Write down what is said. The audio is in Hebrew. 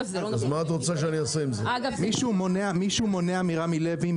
מישהו מונע מרמי לוי,